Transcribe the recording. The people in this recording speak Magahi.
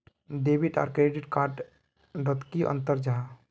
डेबिट आर क्रेडिट कार्ड डोट की अंतर जाहा?